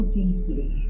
deeply